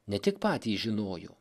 ne tik patys žinojo